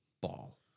ball